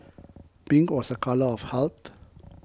pink was a colour of health